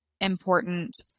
important